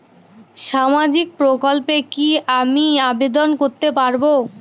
সামাজিক প্রকল্পে কি আমি আবেদন করতে পারবো?